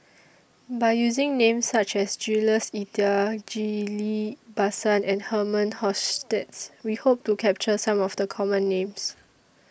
By using Names such as Jules Itier Ghillie BaSan and Herman Hochstadt We Hope to capture Some of The Common Names